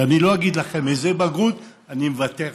ואני לא אגיד לכם איזה בגרות, אני מוותר לכם.